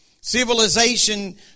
Civilization